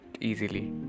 easily